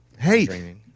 Hey